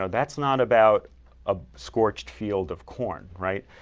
ah that's not about a scorched field of corn, right?